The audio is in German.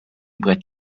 brett